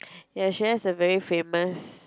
ya she has a very famous